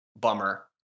bummer